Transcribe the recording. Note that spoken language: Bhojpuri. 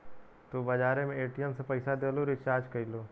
तू बजारे मे ए.टी.एम से पइसा देलू, रीचार्ज कइलू